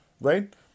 Right